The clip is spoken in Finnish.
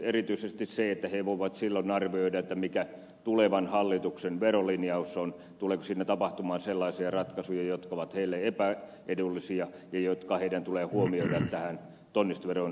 erityisesti ne voivat silloin arvioida mikä tulevan hallituksen verolinjaus on tuleeko siinä tapahtumaan sellaisia ratkaisuja jotka ovat heille epäedullisia ja jotka heidän tulee huomioida tähän tonnistoveroon siirtymisen johdosta